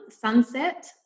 sunset